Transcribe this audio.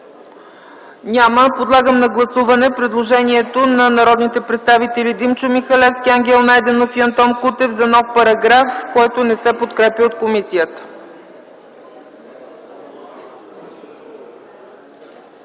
Няма. Подлагам на гласуване предложението на народните представители Димчо Михалевски, Ангел Найденов и Антон Кутев за нов параграф, което не се подкрепя от комисията.